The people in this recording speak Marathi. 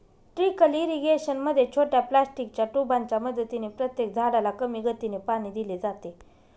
ट्रीकल इरिगेशन मध्ये छोट्या प्लास्टिकच्या ट्यूबांच्या मदतीने प्रत्येक झाडाला कमी गतीने पाणी दिले जाते